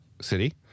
city